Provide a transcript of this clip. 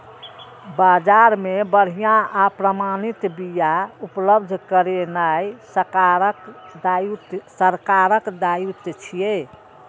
बाजार मे बढ़िया आ प्रमाणित बिया उपलब्ध करेनाय सरकारक दायित्व छियै